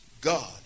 God